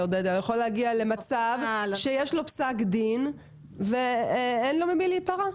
הוא יכול להגיע למצב שיש לו פסק דין ואין לו ממי להיפרע,